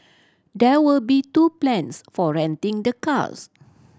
there will be two plans for renting the cars